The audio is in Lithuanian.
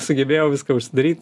sugebėjau viską užsidaryt